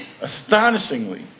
Astonishingly